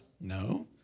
No